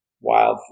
wildfire